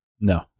no